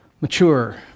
mature